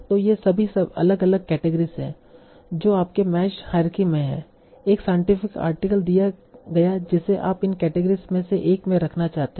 तो ये सभी अलग अलग केटेगरीस हैं जो आपके मेश हायरार्की में हैं एक साइंटिफिक आर्टिकल दिया गया जिसे आप इन केटेगरीस में से एक में रखना चाहते हैं